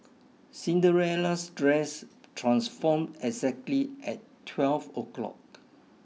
Cinderella's dress transformed exactly at twelve o'clock